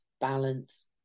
balance